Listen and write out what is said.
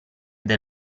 del